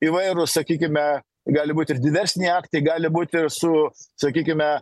įvairūs sakykime gali būti ir diversiniai aktai gali būti su sakykime